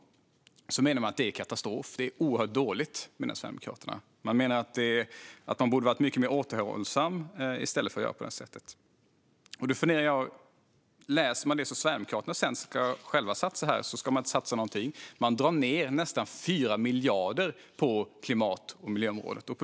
Man menar att det är katastrof. Det är oerhört dåligt, menar Sverigedemokraterna. Man menar att man borde ha varit mycket mer återhållsam i stället för att göra på det här sättet. Vi kan läsa om vad Sverigedemokraterna själva ska satsa här. Man ska inte satsa någonting. Man drar ned med nästan 4 miljarder på klimat och miljöområdet.